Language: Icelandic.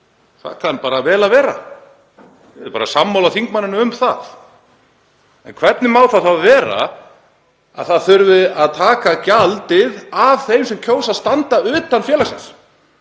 Það kann vel að vera, ég er bara sammála þingmanninum um það. En hvernig má það þá vera að það þurfi að taka gjald af þeim sem kjósa að standa utan félagsins,